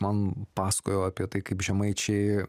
man pasakojo apie tai kaip žemaičiai